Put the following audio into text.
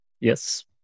Yes